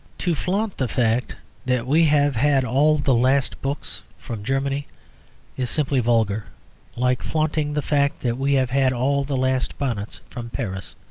to flaunt the fact that we have had all the last books from germany is simply vulgar like flaunting the fact that we have had all the last bonnets from paris.